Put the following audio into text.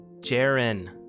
Jaren